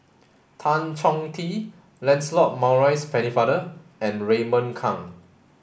Tan Chong Tee Lancelot Maurice Pennefather and Raymond Kang